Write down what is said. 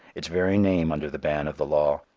its very name under the ban of the law,